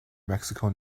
mexico